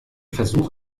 versuch